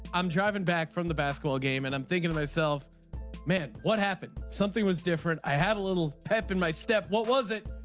i'm driving back from the basketball game and i'm thinking to myself man what happened. something was different. i had a little pep in my step. what was it.